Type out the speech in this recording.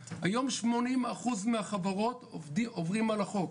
היום 80% מהחברות עוברים על החוק.